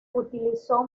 utilizó